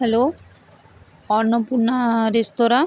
hello Annapurna রেস্তোরাঁ